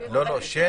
אורלי, לא שומעים.